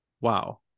Wow